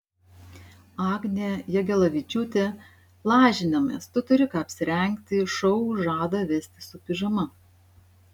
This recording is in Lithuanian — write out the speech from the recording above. agnė jagelavičiūtė lažinamės tu turi ką apsirengti šou žada vesti su pižama